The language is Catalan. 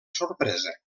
sorpresa